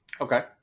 Okay